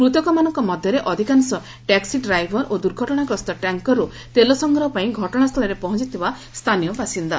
ମୃତକମାନଙ୍କ ମଧ୍ୟରେ ଅଧିକାଂଶ taxi driver ଓ ଦୂର୍ଘଟଣାଗ୍ରସ୍ତ ଟ୍ୟାଙ୍କର୍ରୁ ତେଲ ସଂଗ୍ରହ ପାଇଁ ଘଟଣାସ୍ଥଳରେ ପହଞ୍ଚଥିବା ସ୍ଥାନୀୟ ବାସିନ୍ଦା